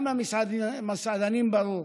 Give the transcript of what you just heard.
גם למסעדנים ברור,